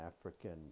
African